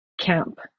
camp